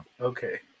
okay